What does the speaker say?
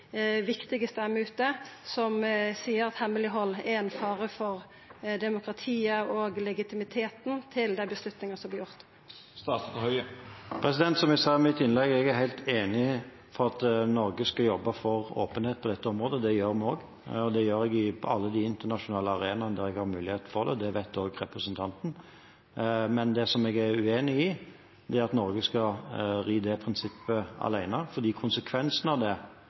ute som seier at hemmeleghald er ein fare for demokratiet og legitimiteten til dei avgjerdene som vert tatt? Som jeg sa i mitt innlegg, er jeg helt enig i at Norge skal jobbe for åpenhet på dette området, og det gjør vi også. Det gjør jeg på alle de internasjonale arenaene der jeg har mulighet til det, og det vet representanten. Men det jeg er uenig i, er at Norge skal ri det prinsippet alene, for konsekvensene av det